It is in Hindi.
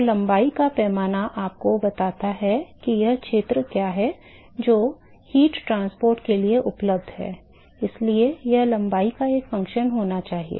तो लंबाई का पैमाना आपको बताता है कि वह क्षेत्र क्या है जो ऊष्मा परिवहन के लिए उपलब्ध है इसलिए यह लंबाई का एक फलन होना चाहिए